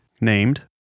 Named